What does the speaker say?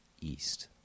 east